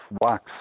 wax